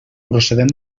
procedent